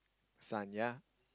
son ya